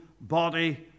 body